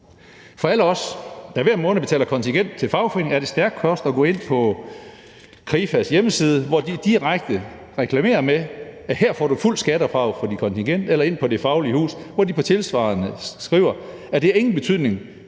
For alle os, der hver måned betaler kontingent til fagforening, er det stærk kost at gå ind på Krifas hjemmeside, hvor de direkte reklamerer med, at her får du fuldt skattefradrag for dit kontingent, eller at gå ind på Det Faglige Hus, hvor de på tilsvarende vis skriver, at det ikke har nogen betydning